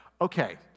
okay